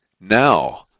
Now